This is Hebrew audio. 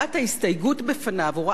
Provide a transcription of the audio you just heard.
הוא ראה שהוא לא עושה את זה בחשק,